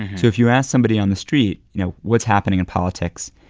so if you ask somebody on the street, you know, what's happening in politics?